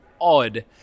odd